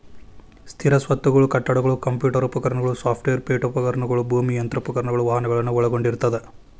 ಸ್ಥಿರ ಸ್ವತ್ತುಗಳು ಕಟ್ಟಡಗಳು ಕಂಪ್ಯೂಟರ್ ಉಪಕರಣಗಳು ಸಾಫ್ಟ್ವೇರ್ ಪೇಠೋಪಕರಣಗಳು ಭೂಮಿ ಯಂತ್ರೋಪಕರಣಗಳು ವಾಹನಗಳನ್ನ ಒಳಗೊಂಡಿರ್ತದ